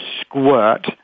squirt